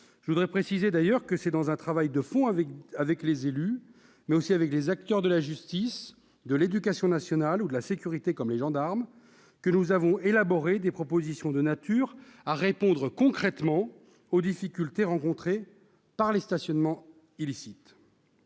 je précise d'ailleurs que c'est au travers d'un travail de fond avec les élus, mais aussi avec les acteurs de la justice, de l'éducation nationale ou de la sécurité, comme les gendarmes, que nous avons élaboré des propositions de nature à répondre concrètement aux difficultés suscitées par les stationnements illicites.